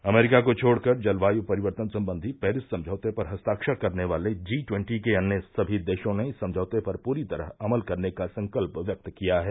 अमरीका को छोड़कर जलवायु परिवर्तन संबंधी पेरिस समझौते पर हस्ताक्षर करने वाले जी ट्वेन्टी के अन्य सभी देशों ने इस समझौते पर पूरी तरह अमल करने का संकल्प व्यक्त किया है